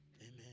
amen